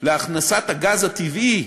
להכנסת הגז הטבעי,